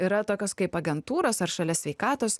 yra tokios kaip agentūros ar šalia sveikatos